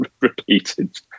repeated